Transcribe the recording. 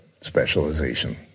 specialization